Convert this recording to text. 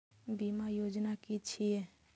बीमा योजना कि छिऐ?